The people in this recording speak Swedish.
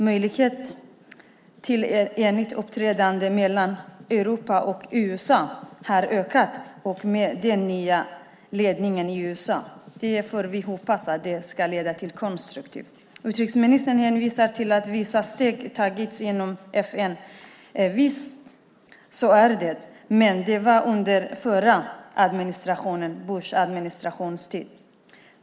Möjlighet till enat uppträdande mellan Europa och USA har ökat i och med den nya ledningen i USA. Det får vi hoppas ska leda till något konstruktivt. Utrikesministern hänvisar till att vissa steg tagits inom FN. Visst, så är det, men det var under Bushadministrationens tid.